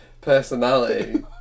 personality